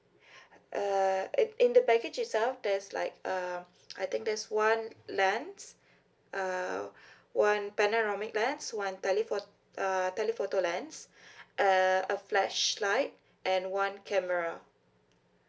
uh in in the baggage itself there's like uh I think there's one lens uh one panoramic lens one telepho~ uh telephoto lens uh a flashlight and one camera